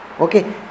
Okay